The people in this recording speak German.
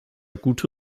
gute